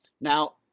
Now